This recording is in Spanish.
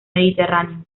mediterráneo